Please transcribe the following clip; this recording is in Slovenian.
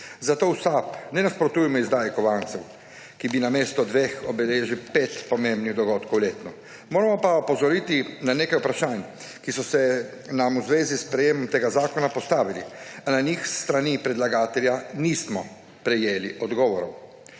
zato v SAB ne nasprotujemo izdaji kovancev, ki bi namesto dveh obeležili pet pomembnih dogodkov letno. Moramo pa opozoriti na nekaj vprašanj, ki so se nam v zvezi s sprejetjem tega zakona postavili, a na njih s strani predlagatelja nismo prejeli odgovorov.